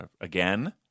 again